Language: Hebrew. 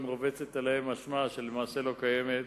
רובצת עליהם אשמה שלמעשה לא קיימת,